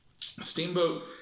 Steamboat